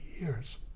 years